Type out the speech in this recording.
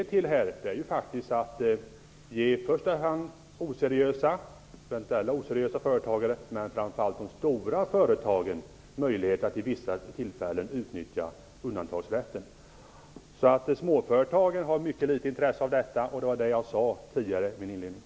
Det man här har gjort är att ge i första hand eventuella oseriösa företagare, men framför allt de stora företagen, möjlighet att vid vissa tillfällen utnyttja undantagsrätten. Småföretagen har mycket litet intresse av detta. Det vad var jag sade tidigare i min inledning.